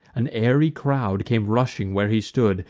an airy crowd came rushing where he stood,